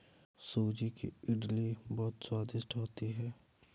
सूजी की इडली बहुत स्वादिष्ट होती है